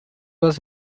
was